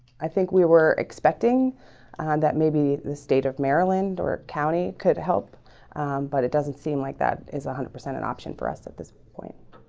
i think we were expecting and that maybe the state of maryland or county could help but it doesn't seem like that is one hundred percent an option for us at this point